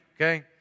okay